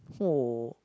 oh